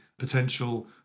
potential